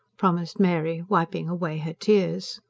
promised mary wiping away her tears.